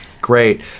Great